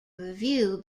review